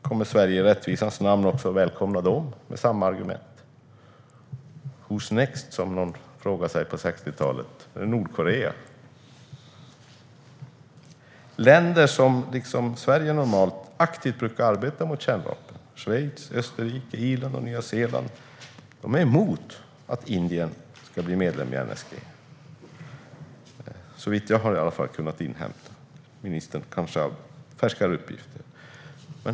Kommer Sverige i rättvisans namn att välkomna även Pakistan, med samma argument? Who's next, som någon frågade sig på 1960-talet - är det Nordkorea? Länder som Schweiz, Österrike, Irland och Nya Zeeland - länder som liksom Sverige normalt brukar arbeta aktivt mot kärnvapen - är emot att Indien ska bli medlem i NSG, enligt vad jag har kunnat inhämta. Ministern har dock kanske färskare uppgifter.